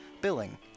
billing